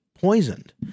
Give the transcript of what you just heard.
poisoned